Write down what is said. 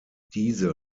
diese